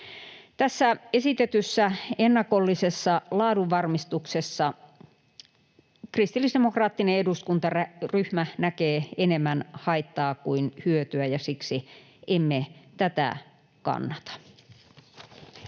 Tässä esitetyssä ennakollisessa laadunvarmistuksessa kristillisdemokraattinen eduskuntaryhmä näkee enemmän haittaa kuin hyötyä, ja siksi emme tätä kannata. Kiitoksia.